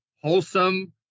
wholesome